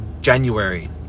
January